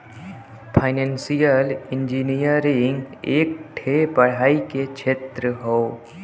financial engineering एक ठे पढ़ाई के क्षेत्र हौ